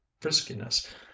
friskiness